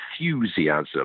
enthusiasm